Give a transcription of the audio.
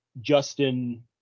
Justin